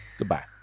Goodbye